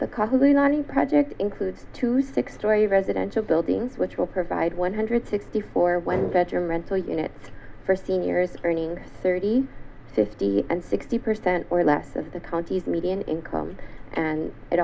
in project includes two six storey residential buildings which will provide one hundred sixty four when that your rental unit for seniors earning thirty sixty and sixty percent or less of the county's median income and it